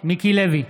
מיקי לוי,